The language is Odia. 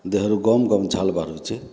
ଦେହରୁ ଗମ୍ ଗମ୍ ଝାଲ ବାହାରୁଛି